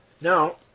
Now